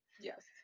Yes